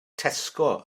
tesco